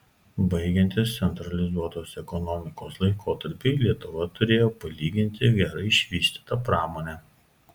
baigiantis centralizuotos ekonomikos laikotarpiui lietuva turėjo palyginti gerai išvystytą pramonę